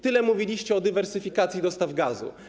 Tyle mówiliście o dywersyfikacji dostaw gazu.